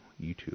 YouTube